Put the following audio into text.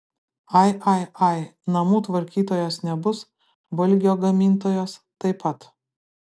ai ai ai namų tvarkytojos nebus valgio gamintojos taip pat